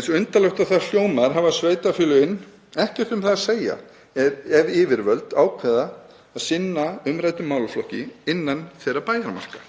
Eins undarlegt og það hljómar hafa sveitarfélögin ekkert um það að segja ef yfirvöld ákveða að sinna umræddum málaflokki innan þeirra bæjarmarka.